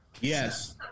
Yes